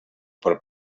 per